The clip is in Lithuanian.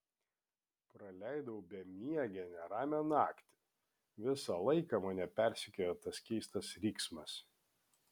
praleidau bemiegę neramią naktį visą laiką mane persekiojo tas keistas riksmas